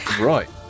Right